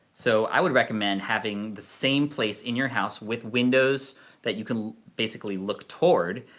so i would recommend having the same place in your house with windows that you can basically look toward,